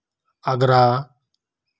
ᱟᱜᱽᱜᱨᱟ